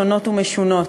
שונות ומשונות.